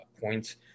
points